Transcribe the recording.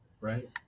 Right